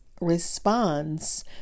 Responds